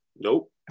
Nope